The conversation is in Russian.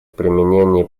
применении